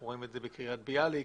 אנחנו רואים את זה בקריית ביאליק.